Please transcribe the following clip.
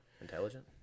intelligent